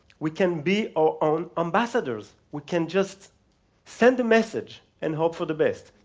we can be our own ambassadors. we can just send a message and hope for the best.